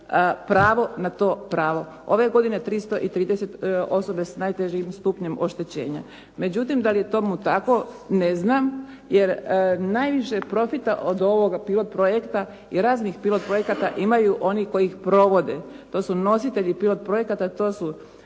pravo na to pravo. Ove godine 330 osobe s najtežim stupnjem oštećenja. Međutim, da li je tome tako ne znam jer najviše profita od ovog pilot projekta i raznih pilot projekata imaju oni koji ih provode. To su nositelji pilot projekata. To su